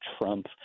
Trump